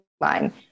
line